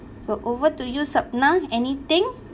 so over to you sapna anything